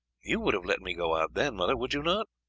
you would have let me go out then, mother, would you not?